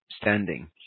standing